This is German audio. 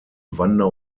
wander